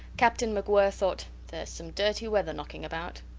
captain macwhirr thought, theres some dirty weather knocking about.